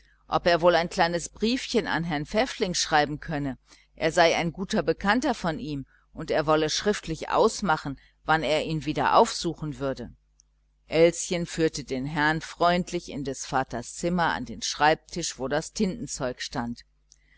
ob er wohl ein kleines briefchen an herrn pfäffling schreiben könne er sei ein guter bekannter von ihm und er wolle schriftlich ausmachen wann er ihn wieder aussuchen würde elschen führte den herrn freundlich in des vaters zimmer an den schreibtisch wo das tintenzeug stand